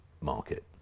market